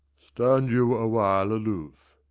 stand you awhile aloof.